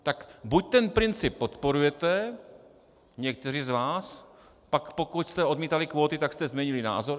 Tak buď ten princip podporujete, někteří z vás, pak pokud jste odmítali kvóty, tak jste změnili názor.